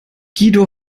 guido